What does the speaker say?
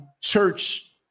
church